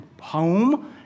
home